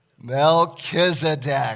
Melchizedek